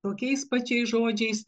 tokiais pačiais žodžiais